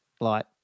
light